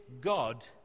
God